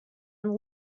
and